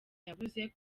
yabuze